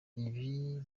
ibi